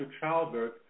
childbirth